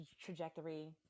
trajectory